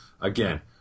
Again